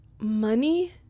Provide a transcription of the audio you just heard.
money